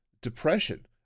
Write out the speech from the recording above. depression